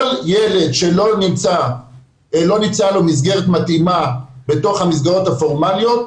כל ילד שלא נמצא במסגרת מתאימה בתוך המסגרות הפורמאליות,